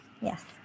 Yes